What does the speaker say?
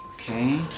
Okay